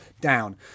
down